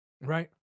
right